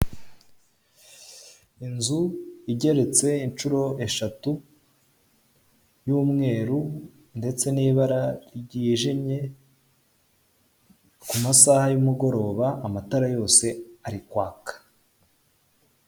inzu igeretse inshuro eshatu y'umweru ndetse nibara ryijimye kumasaaha ya nimugoroba amatara yose ar kwaka.